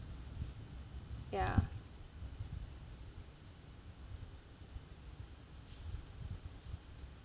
ya